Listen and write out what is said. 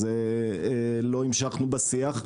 אז לא המשכנו בשיח.